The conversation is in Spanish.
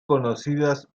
conocidas